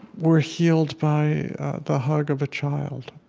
we're healed by the hug of a child.